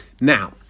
Now